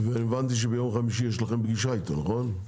והבנתי שביום חמישי יש לכם פגישה איתו, נכון?